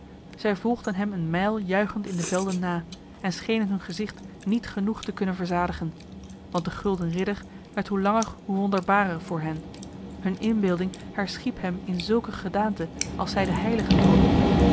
zij volgden hem een mijl juichend in de velden na en schenen hun gezicht niet genoeg te kunnen verzadigen want de gulden ridder werd hoe langer hoe wonderbarer voor hen hun inbeelding herschiep hem in zulke gedaante als zij de heiligen